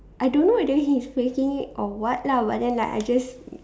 I don't know whether he is faking it or what lah but then like I just